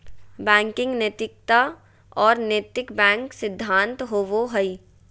banking नैतिकता और नैतिक बैंक सिद्धांत होबो हइ